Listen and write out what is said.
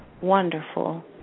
wonderful